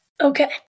Okay